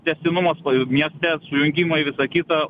tęstinumas o jau mieste sujungimai visa kita